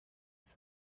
with